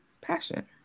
passion